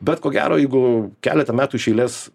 bet ko gero jeigu keletą metų iš eilės